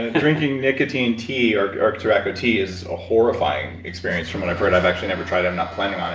and drinking nicotine tea or or tobacco tea is a horrifying experience, from what i've heard. i've actually never tried. i'm not planning on